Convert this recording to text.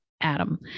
Adam